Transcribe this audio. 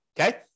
Okay